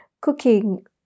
cooking